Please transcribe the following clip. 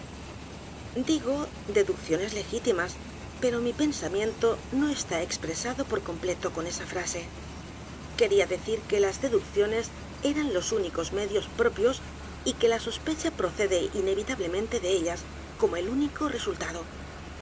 digo deducciones legítimas pero mi pensamiento no está expresado por completo con esa frase quería decir que las deducciones eran los únicos medios propios y que la sospecha procede inevitablemente de ellas como el único resultado